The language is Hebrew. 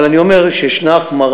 אבל אני אומר שיש החמרה,